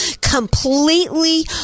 completely